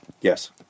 Yes